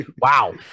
Wow